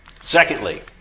Secondly